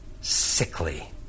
sickly